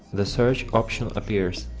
the search option appears.